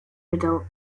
riddled